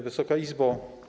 Wysoka Izbo!